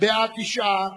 בעד 9,